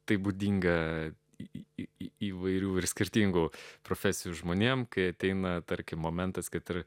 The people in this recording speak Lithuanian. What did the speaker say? tai būdinga įvairių ir skirtingų profesijų žmonėms kai ateina tarkim momentas kad